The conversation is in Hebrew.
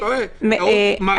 אתה טועה טעות מרה.